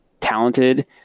Talented